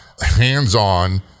hands-on